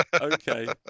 Okay